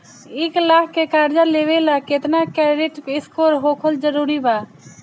एक लाख के कर्जा लेवेला केतना क्रेडिट स्कोर होखल् जरूरी बा?